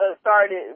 started